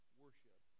worship